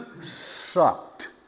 sucked